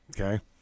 Okay